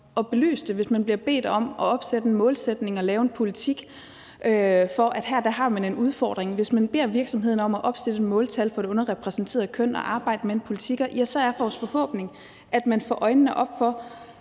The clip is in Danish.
at belyse det, og hvis man bliver bedt om at opsætte en målsætning og lave en politik. Så kan man se, at her har man en udfordring. Hvis man beder virksomhederne om at opstille et måltal for det underrepræsenterede køn og arbejde med en politik, er vores forhåbning, at man får øjnene op for